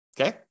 okay